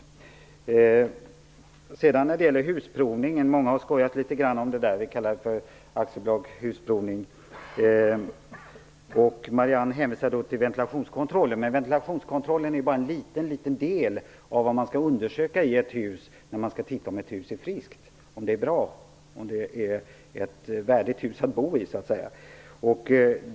Många har skojat om husprovningen och kallat den för AB Husprovning. Marianne Carlström hänvisar till ventilationskontrollen. Men ventilationskontrollen är bara en liten del av det som skall undersökas i ett hus när man skall titta om ett hus är friskt, om det är bra och om det är ett värdigt hus att bo i.